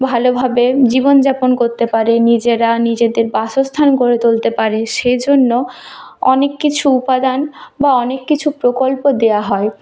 ভালোভাবে জীবনযাপন করতে পারে নিজেরা নিজেদের বাসস্থান গড়ে তুলতে পারে সেজন্য অনেক কিছু উপাদান বা অনেক কিছু প্রকল্প দেওয়া হয়